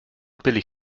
billig